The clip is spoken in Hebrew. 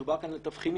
דובר כאן על תבחינים.